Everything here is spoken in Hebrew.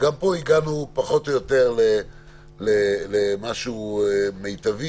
וגם פה הגענו פחות או יותר למשהו מיטבי.